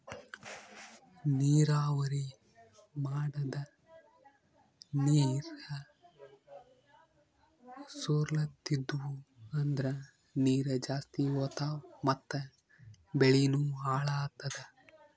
ನೀರಾವರಿ ಮಾಡದ್ ನೀರ್ ಸೊರ್ಲತಿದ್ವು ಅಂದ್ರ ನೀರ್ ಜಾಸ್ತಿ ಹೋತಾವ್ ಮತ್ ಬೆಳಿನೂ ಹಾಳಾತದ